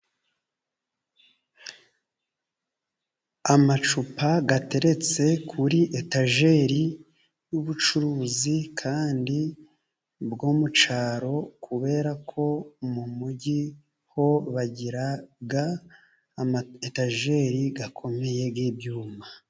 Amacupa ateretse kuri etajeri y' ubucuruzi kandi bwo mu cyaro, kubera ko mu mujyi ho bagira ama etajeri akomeye y' ibyuma.